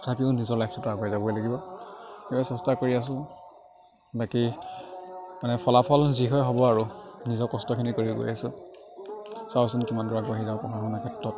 তথাপিও নিজৰ লাইফটোতটো আগুৱাই যাবই লাগিব সেয়া চেষ্টা কৰি আছো বাকী মানে ফলাফল যি হয় হব আৰু নিজৰ কষ্টখিনি কৰি গৈ আছো চাওঁচোন কিমান দূৰ আগবাঢ়ি যাব পাৰোঁ পঢ়া শুনাৰ ক্ষেত্ৰত